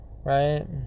right